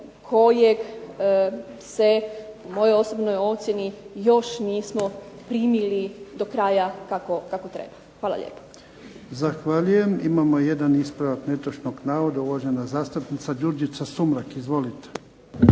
kojeg se po mojoj osobnoj procjeni još nismo primili do kraja kako treba. Hvala lijepa. **Jarnjak, Ivan (HDZ)** Zahvaljujem. Imamo jedan ispravak netočnog navoda uvažena zastupnica Đurđica Sumrak. Izvolite.